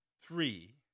three